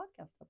podcast